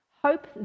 Hope